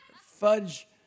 fudge